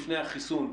לפני החיסון,